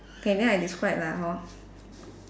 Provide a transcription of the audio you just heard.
okay then I describe lah hor